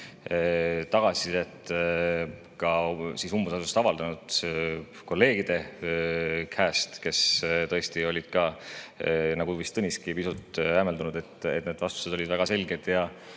tagasisidet ka umbusaldust avaldanud kolleegide käest, kes tõesti olid ka, nagu vist Tõniski, pisut hämmeldunud, et need vastused olid väga selged ja